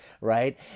right